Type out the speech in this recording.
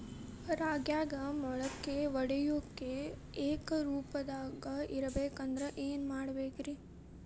ರಾಗ್ಯಾಗ ಮೊಳಕೆ ಒಡೆಯುವಿಕೆ ಏಕರೂಪದಾಗ ಇರಬೇಕ ಅಂದ್ರ ಏನು ಮಾಡಬೇಕ್ರಿ?